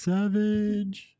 Savage